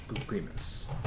agreements